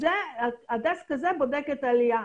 הדסק הזה בודק את העלייה.